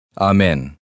Amen